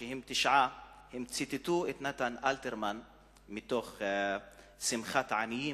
הם ציטטו את נתן אלתרמן מתוך "שמחת עניים",